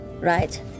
right